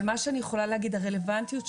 מה שאני יכולה להגיד: מבחינתנו,